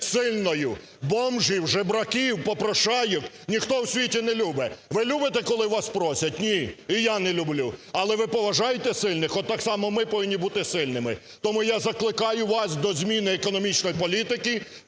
буде сильною. Бомжів, жебраків, попрошаєк ніхто в світі не любить. Ви любите, коли вас просять? Ні. І я не люблю. Але ви поважаєте сильних. От так само ми повинні бути сильними. Тому я закликаю вас до зміни економічної політики: